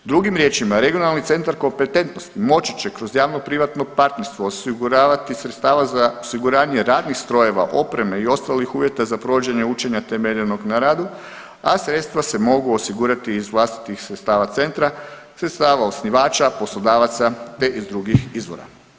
Drugim riječima Regionalan centar kompetentnosti moći će kroz javno privatno partnerstvo osiguravati sredstva za osiguranje radnih strojeva, opreme i ostalih uvjeta za provođenje učenja temeljenog na radu, a sredstva se mogu osigurati iz vlastitih sredstava centra, sredstava osnivača, poslodavaca te iz drugih izvora.